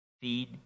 Feed